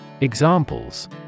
Examples